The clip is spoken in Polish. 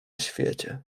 świecie